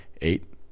eight